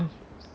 mm